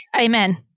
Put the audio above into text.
Amen